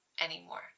anymore